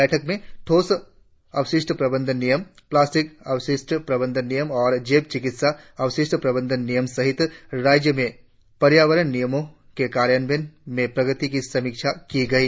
बैठक में ठोस अपशिष्ठ प्रबंधन नियम प्लास्टिक अपशिष्ठ प्रबंधन नियम और जैव चिकित्सा अपशिष्ठ प्रबंधन नियम सहित राज्य में पर्यावरण नियमों के कार्यान्वयन में प्रगति की समीक्षा की गई